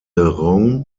rome